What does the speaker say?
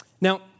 Now